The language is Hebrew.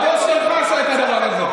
הבוס שלך עשה את הדבר הזה.